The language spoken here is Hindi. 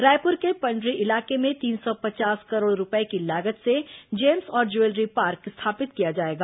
रायपुर के पंडरी इलाके में तीन सौ पचास करोड़ रूपये की लागत से जेम्स और ज्वेलरी पार्क स्थापित किया जाएगा